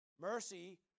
Mercy